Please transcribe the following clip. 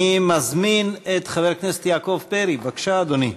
אני מזמין את חבר הכנסת יעקב פרי, בבקשה, אדוני,